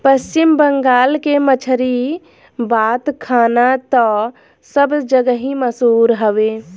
पश्चिम बंगाल के मछरी बात खाना तअ सब जगही मसहूर हवे